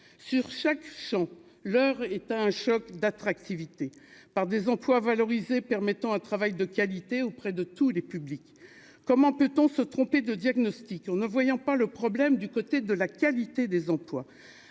sur chaque, l'heure est un choc d'attractivité par des employes valoriser permettant un travail de qualité auprès de tous les publics, comment peut-on se tromper de diagnostic, on ne voyant pas le problème du côté de la qualité des emplois,